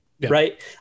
right